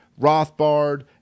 Rothbard